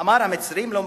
אמר: המצרים לא,